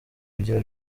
kugira